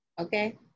Okay